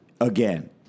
again